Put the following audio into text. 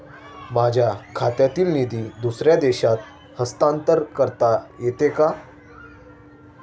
माझ्या खात्यातील निधी दुसऱ्या देशात हस्तांतर करता येते का?